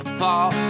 fall